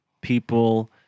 people